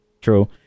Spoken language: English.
True